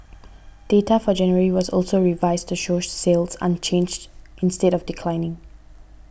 data for January was also revised to show sales unchanged instead of declining